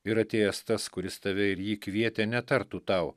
ir atėjęs tas kuris tave ir jį kvietė netartų tau